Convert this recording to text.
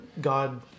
God